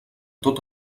tot